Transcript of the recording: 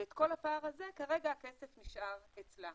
ואת כל הפער הזה, כרגע הכסף נשאר אצלה.